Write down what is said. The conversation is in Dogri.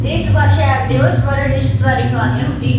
एह् इस बारी शैल देओ इस बरी रिश्तेदारें ई खलानी ऐ रुट्टी